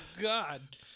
God